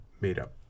made-up